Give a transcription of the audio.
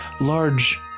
large